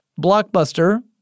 Blockbuster